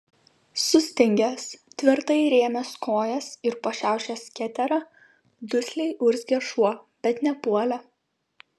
sustingęs tvirtai įrėmęs kojas ir pašiaušęs keterą dusliai urzgė šuo bet nepuolė